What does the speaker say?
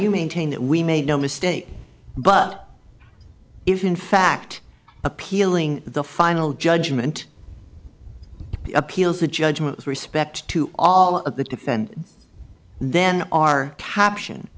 you maintain that we made no mistake but if in fact appealing the final judgment appeals a judgment with respect to all of the defense then our caption